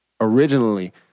originally